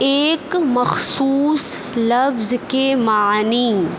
ایک مخصوص لفظ کے معنی